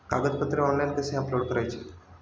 कागदपत्रे ऑनलाइन कसे अपलोड करायचे?